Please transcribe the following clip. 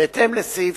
בהתאם לסעיף